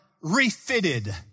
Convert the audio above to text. refitted